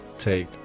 take